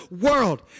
world